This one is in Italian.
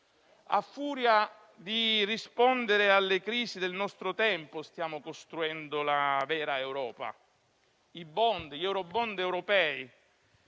A furia di rispondere alle crisi del nostro tempo stiamo costruendo la vera Europa. I *bond* europei